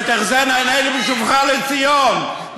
ותחזינה עינינו בשובך לציון.